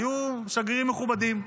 היו שגרירים מכובדים.